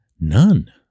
None